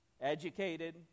educated